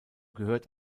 gehört